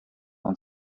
und